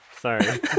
Sorry